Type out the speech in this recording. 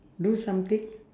do something